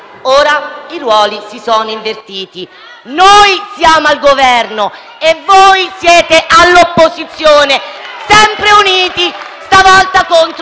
Ora i ruoli si sono invertiti: noi siamo al Governo e voi siete all'opposizione, sempre uniti, stavolta contro